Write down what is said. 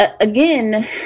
Again